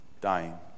Dying